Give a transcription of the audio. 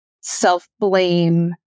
self-blame